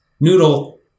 noodle